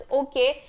okay